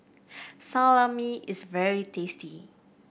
salami is very tasty